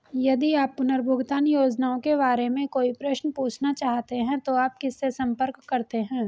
यदि आप पुनर्भुगतान योजनाओं के बारे में कोई प्रश्न पूछना चाहते हैं तो आप किससे संपर्क करते हैं?